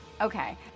Okay